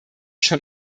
schon